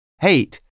Hate